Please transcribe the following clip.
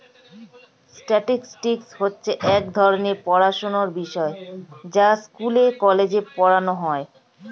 statistics হচ্ছে এক ধরণের পড়াশোনার বিষয় যা স্কুলে, কলেজে পড়ানো হয়